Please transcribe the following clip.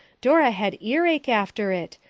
dora had earake after it,